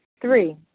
Three